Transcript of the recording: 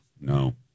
No